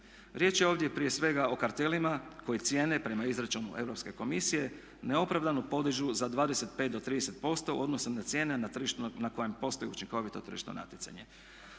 Riječ je ovdje prije svega o kartelima koji cijene prema izračunu Europske komisije neopravdano podižu za 25 do 30% u odnosu na cijene na tržištu na kojem postoji učinkovito tržišno natjecanje.